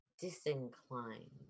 disinclined